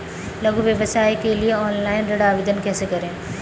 लघु व्यवसाय के लिए ऑनलाइन ऋण आवेदन कैसे करें?